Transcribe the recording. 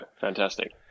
fantastic